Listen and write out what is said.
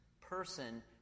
person